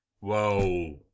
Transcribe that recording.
Whoa